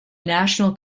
national